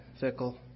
fickle